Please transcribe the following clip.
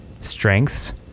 strengths